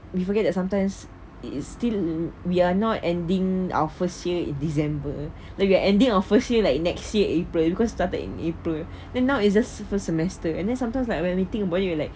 we forget that sometimes it is still we're not ending our first year in december then we are ending our first year like next year april because started in april then now it's just first semester and then sometimes like when we think about it we are like